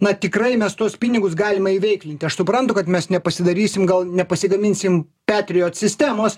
na tikrai mes tuos pinigus galima įveiklinti aš suprantu kad mes nepasidarysim gal nepasigaminsim petriot sistemos